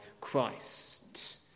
Christ